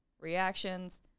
reactions